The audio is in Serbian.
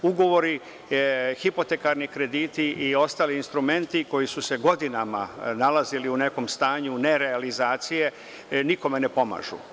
Ugovori, hipotekarni krediti i ostali instrumenti koji su se godinama nalazili u nekom stanju nerealizacije, nikome ne pomažu.